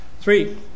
Three